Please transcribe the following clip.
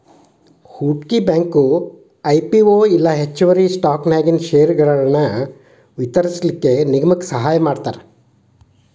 ಹೂಡ್ಕಿ bank IPO ಇಲ್ಲಾ ಹೆಚ್ಚುವರಿ ಸ್ಟಾಕನ್ಯಾಗಿನ್ ಷೇರ್ಗಳನ್ನ ವಿತರಿಸ್ಲಿಕ್ಕೆ ನಿಗಮಕ್ಕ ಸಹಾಯಮಾಡ್ತಾರ